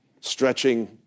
stretching